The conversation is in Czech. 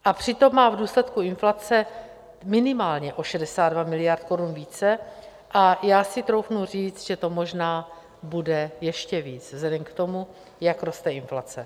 A přitom má v důsledku inflace minimálně o 62 miliard korun více a já si troufnu říct, že to možná bude ještě víc vzhledem k tomu, jak roste inflace.